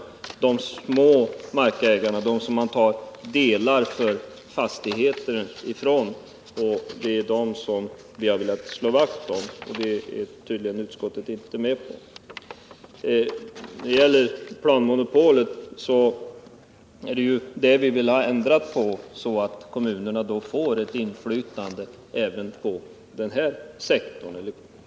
Det är de små markägarna, från vilka man tar delar av fastigheter, som vi har velat slå vakt om, men detta vill utskottet tydligen inte gå med på. När det gäller planmonopolet vill vi ha en sådan ändring av kommunernas roll i planeringen att de får inflytande även på försvarssektorn.